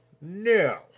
No